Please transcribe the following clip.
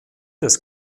des